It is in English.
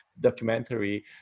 documentary